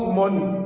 money